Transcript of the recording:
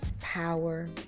power